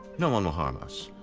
no one will harm us.